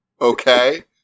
Okay